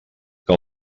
que